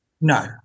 No